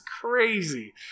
crazy